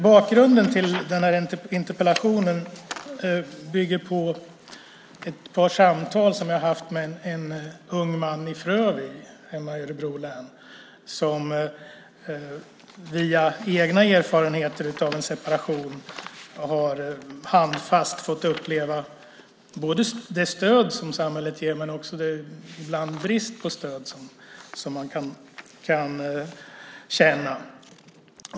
Bakgrunden till interpellationen är ett par samtal som jag har haft med en ung man i Frövi hemma i Örebro län som via egna erfarenheter av en separation handfast har fått uppleva det stöd som samhället ger men ibland också den brist på stöd som han kan känna.